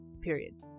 period